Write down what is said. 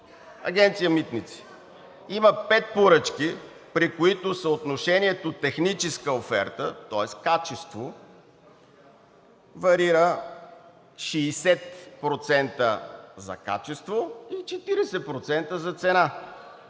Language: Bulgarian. Агенция „Митници“ има пет поръчки, при които съотношението техническа оферта, тоест качество, варира 60% за качество и 40% за цена